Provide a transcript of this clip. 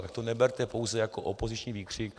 Tak to neberte pouze jako opoziční výkřik.